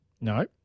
No